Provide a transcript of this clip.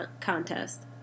contest